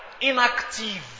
inactive